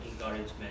encouragement